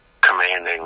Commanding